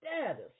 status